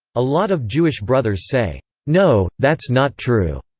a lot of jewish brothers say, no, that's not true.